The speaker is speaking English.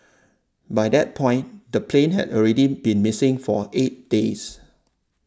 by that point the plane had already been missing for eight days